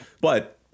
But-